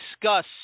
discuss